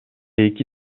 эки